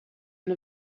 and